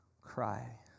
cry